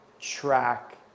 Track